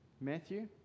Matthew